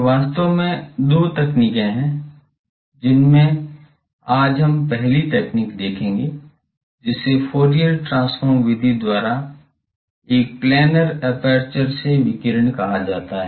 तो वास्तव में दो तकनीकें हैं जिनमें से आज हम पहली तकनीक देखेंगे जिसे फूरियर ट्रांसफॉर्म विधि द्वारा एक प्लैनर एपर्चर से विकिरण कहा जाता है